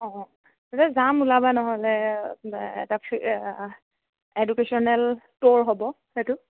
অ' তাকে যাম ওলাবা নহ'লে এটা এডুকেশ্যনেল ট'ৰ হ'ব সেইটো